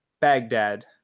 Baghdad